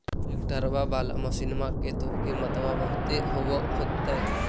ट्रैक्टरबा बाला मसिन्मा के तो किमत्बा बहुते होब होतै?